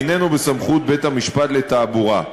איננו בסמכות בית-המשפט לתעבורה.